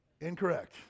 incorrect